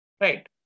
Right